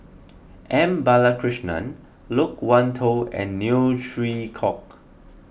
M Balakrishnan Loke Wan Tho and Neo Chwee Kok